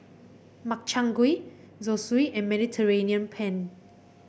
Makchang Gui Zosui and Mediterranean Penne